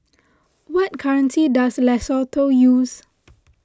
what currency does Lesotho use